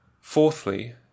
Fourthly